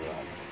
धन्यवाद